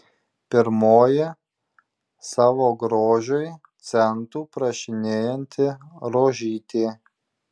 pirmoji savo grožiui centų prašinėjanti rožytė